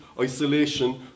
Isolation